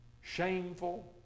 shameful